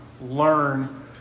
learn